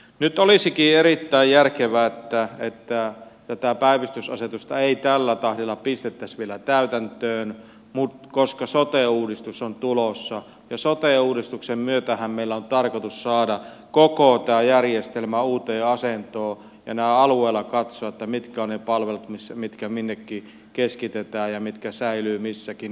nyt olisikin erittäin järkevää että tätä päivystysasetusta ei tällä tahdilla pistettäisi vielä täytäntöön koska sote uudistus on tulossa ja sote uudistuksen myötähän meillä on tarkoitus saada koko tämä järjestelmä uuteen asentoon ja alueella katsoa mitkä ovat ne palvelut mitkä minnekin keskitetään ja mitkä säilyvät missäkin